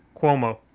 Cuomo